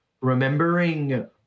remembering